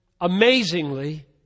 amazingly